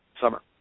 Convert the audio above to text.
summer